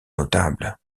notable